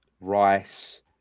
Rice